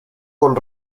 con